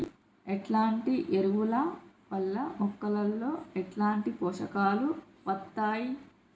ఎట్లాంటి ఎరువుల వల్ల మొక్కలలో ఎట్లాంటి పోషకాలు వత్తయ్?